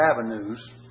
avenues